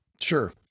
Sure